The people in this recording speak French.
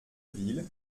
ville